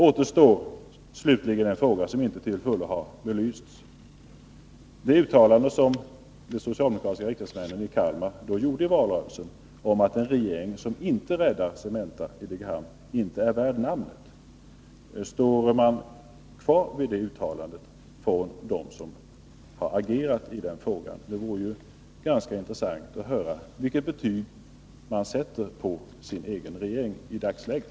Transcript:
Slutligen återstår en fråga som inte till fullo har belysts. Det gäller det uttalande som de socialdemokratiska riksdagsmännen i Kalmar gjorde i valrörelsen om att en regering som inte räddar Cementa i Degerhamn inte är värd namnet. Står de som har agerat i denna fråga kvar vid det uttalandet? Det vore ganska intressant att höra vilket betyg de sätter på sin egen regering i dagsläget.